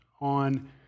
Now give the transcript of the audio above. on